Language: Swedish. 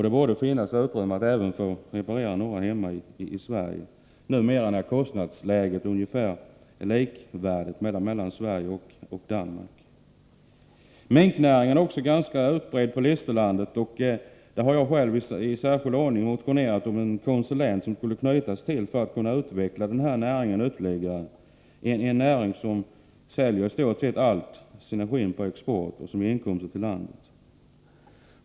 Det borde finnas utrymme för att även reparera några fartyg hemma i Sverige, speciellt numera, när kostnadsläget är ungefär likvärdigt i Sverige och Danmark. Minknäringen är också ganska utbredd på Listerlandet. Jag har i särskild ordning motionerat om en konsulent som skulle knytas till denna näring för att utveckla den ytterligare. Näringen säljer i stort sett alla sina skinn på export och ger därför inkomster till landet.